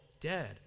dead